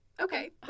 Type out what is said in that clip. okay